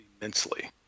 immensely